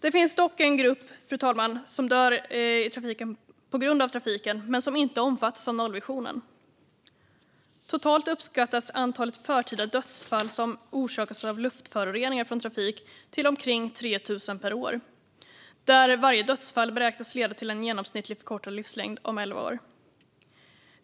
Det finns dock en grupp som dör på grund av trafiken men som inte omfattas av nollvisionen. Totalt uppskattas antalet förtida dödsfall som orsakas av luftföroreningar från trafik till omkring 3 000 per år, och varje dödsfall beräknas leda till en genomsnittligt förkortad livslängd om 11 år.